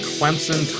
Clemson